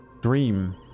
dream